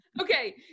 Okay